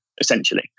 essentially